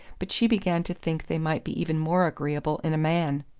but she began to think they might be even more agreeable in a man.